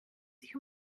sich